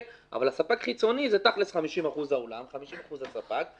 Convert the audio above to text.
אבל הספק החיצוני הוא תכלס 50% האולם ו-50% הספק,